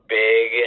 big